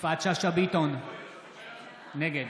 יפעת שאשא ביטון, נגד